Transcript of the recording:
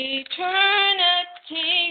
eternity